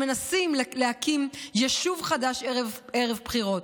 שמנסים להקים יישוב חדש ערב בחירות,